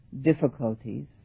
difficulties